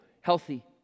healthy